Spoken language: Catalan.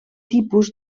tipus